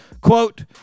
Quote